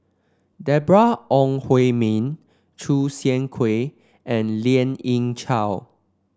Deborah Ong Hui Min Choo Seng Quee and Lien Ying Chow